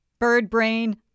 birdbrain